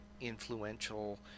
influential